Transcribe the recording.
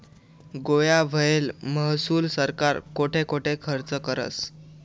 गोया व्हयेल महसूल सरकार कोठे कोठे खरचं करस?